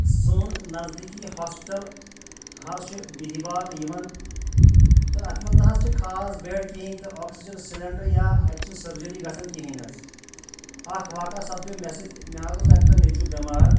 سوٗن نزدیٖکی ہاسپِٹل حظ چھُ بِہہِ باغ یِوَن تہٕ اتھ منٛز نَہ حظ چھِ خاص بیٚڈ کہیٖنۍ تہٕ آکسیجَن سِلیٚنڈَر یا اَتہِ چھَنہٕ سٔرجٔری گژھان کہیٖنۍ حظ اَکھ واقع سپدیوو مےٚ سۭتۍ مےٚ حظ اوس اَکہِ دۄہ نیٚچُیو بیٚمار